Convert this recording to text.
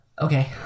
Okay